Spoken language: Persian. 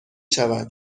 شود